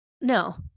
no